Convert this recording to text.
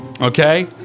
Okay